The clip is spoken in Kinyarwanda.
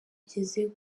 ugeze